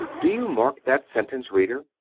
do you mark that sentence, reader?